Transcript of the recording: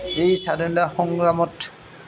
এই স্বাধীনতা সংগ্ৰামত